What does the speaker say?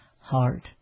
heart